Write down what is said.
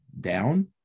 down